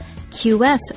qs